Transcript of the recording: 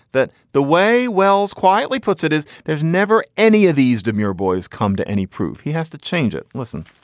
that the way welles quietly puts it is there's never any of these demure boys come to any proof he has to change it listen,